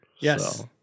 Yes